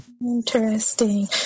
interesting